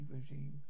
regime